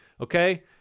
Okay